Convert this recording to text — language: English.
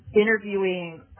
interviewing